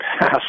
pass